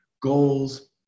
goals